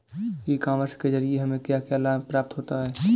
ई commerce के ज़रिए हमें क्या क्या लाभ प्राप्त होता है?